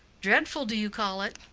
dreadful, do you call it?